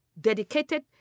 dedicated